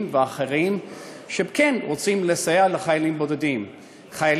והאחרים שכן רוצים לסייע לחיילים בודדים,